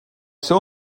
seu